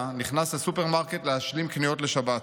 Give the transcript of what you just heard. נכנס לסופרמרקט להשלים קניות לשבת.